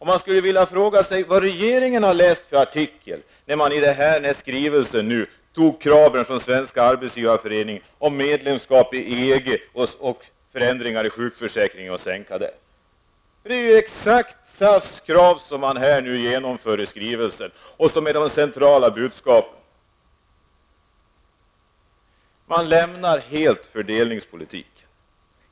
Man frågar sig vad regeringen har läst för artikel när den i den här skrivelsen har tagit upp kraven från Svenska arbetsgivareföreningen om medlemskap i EG och försämringar inom sjukförsäkringssystemet. Det är ju exakt SAFs krav som nu presenteras som de centrala budskapen i skrivelsen. Regeringen lämnar helt fördelningspolitiken.